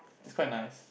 it's quite nice